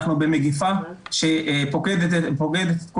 אנחנו במגפה שפוקדת את כולנו.